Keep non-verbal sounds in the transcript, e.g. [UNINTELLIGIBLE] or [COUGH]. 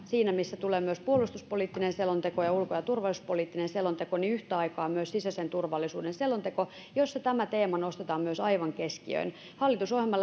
[UNINTELLIGIBLE] siinä missä tulevat puolustuspoliittinen selonteko ja ulko ja turvallisuuspoliittinen selonteko niin yhtä aikaa tulee sisäisen turvallisuuden selonteko jossa tämä teema nostetaan aivan keskiöön hallitusohjelma [UNINTELLIGIBLE]